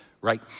right